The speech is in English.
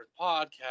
Podcast